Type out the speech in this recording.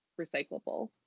recyclable